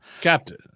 Captain